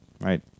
right